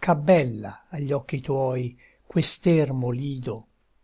ch'abbella agli occhi tuoi quest'ermo lido